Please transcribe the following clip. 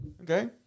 okay